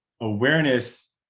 Awareness